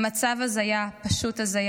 מצב הזיה, פשוט הזיה.